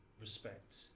respect